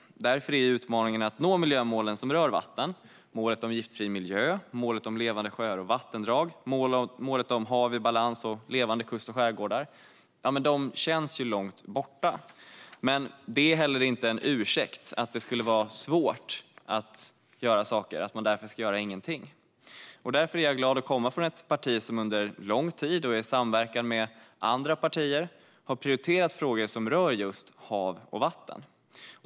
Därför är utmaningen att nå miljömålen som rör vatten - målet om giftfri miljö, målet om levande sjöar och vattendrag, målet om hav i balans samt levande kust och skärgård - något som känns långt borta. Men att det är svårt är inte en ursäkt för att inte göra något. Jag är därför glad att komma från ett parti som under lång tid och i samverkan med andra partier har prioriterat frågor som rör just hav och vatten.